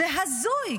זה הזוי,